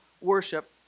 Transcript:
worship